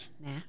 Nah